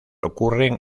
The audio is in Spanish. ocurren